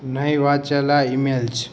નહીં વાંચેલા ઇમેલ્સ